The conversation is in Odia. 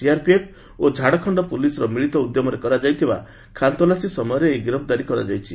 ସିଆର୍ପିଏଫ୍ ଓ ଝାଡ଼ଖଣ୍ଡ ପୁଲିସ୍ର ମିଳିତ ଉଦ୍ୟମରେ କରାଯାଇଥିବା ଖାନତଲାସୀ ସମୟରେ ଏହି ଗିରଫଦାରୀ କରାଯାଇଛି